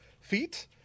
feet